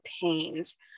pains